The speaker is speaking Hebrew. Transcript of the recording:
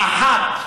מה עם